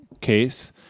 case